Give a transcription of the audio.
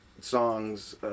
songs